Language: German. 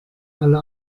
alle